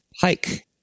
hike